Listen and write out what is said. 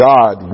God